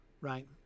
right